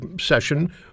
session